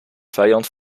vijand